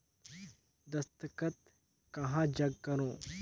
दस्खत कहा जग करो?